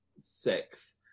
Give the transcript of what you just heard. six